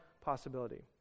possibility